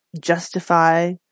justify